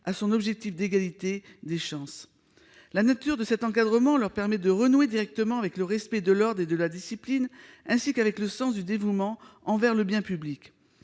à son objectif d'égalité des chances. La nature de cet encadrement leur permet de renouer directement avec le respect de l'ordre et de la discipline, ainsi qu'avec le sens du dévouement envers le bien public.